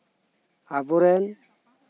ᱟᱵᱚ ᱨᱮᱱ